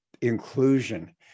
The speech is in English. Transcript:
inclusion